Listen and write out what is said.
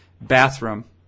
bathroom